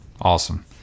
Awesome